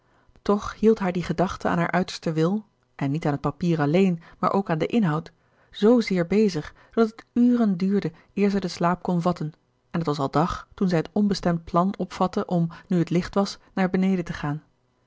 toch hield haar die gedachte aan haar uitersten wil en niet aan het papier alleen maar ook aan den inhoud zoo zeer bezig dat het uren duurde eer zij den slaap kon vatten en het was al dag toen zij het onbestemd plan opvatte om nu het licht was naar beneden te gaan